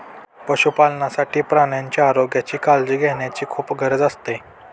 पशुपालनासाठी प्राण्यांच्या आरोग्याची काळजी घेण्याची खूप गरज असते